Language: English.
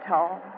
Tall